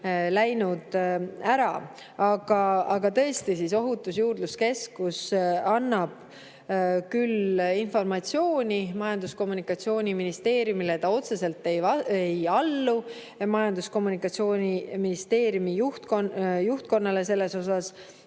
läinud. Aga tõesti, Ohutusjuurdluse Keskus annab küll informatsiooni Majandus‑ ja Kommunikatsiooniministeeriumile, ta otseselt ei allu Majandus‑ ja Kommunikatsiooniministeeriumi juhtkonnale selles osas.